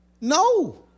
No